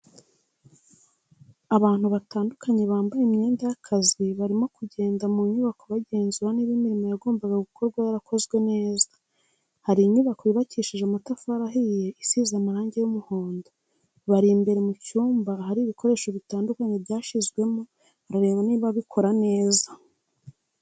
Abantu batandukanye bambaye imyenda y'akazi barimo kugenda mu nyubako bagenzura niba imirimo yagombaga gukorwa yarakozwe neza, hari inyubako yubakishije amatafari ahiye isize amarangi y'umuhondo, bari imbere mu cyumba ahari ibikoresho bitandukanye byashyizwemo barareba niba bikora neza.